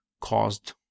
caused